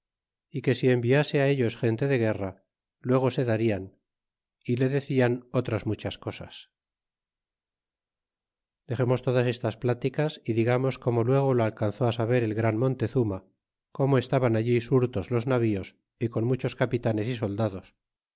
y que si enviase á ellos gente de guerra luego se darian y le decían otras muchas cosas dexemos todas estas pláticas y digamos como luego lo alcanzó á saber el gran montezuwa como estaban allí surtos los navíos y con muchos capitanes y soldados